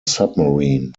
submarine